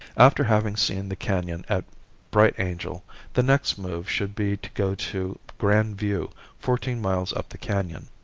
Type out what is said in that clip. after having seen the canon at bright angel the next move should be to go to grand view fourteen miles up the canon.